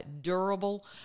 durable